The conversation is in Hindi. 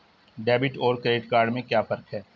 डेबिट और क्रेडिट में क्या फर्क है?